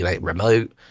remote